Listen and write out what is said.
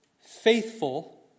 faithful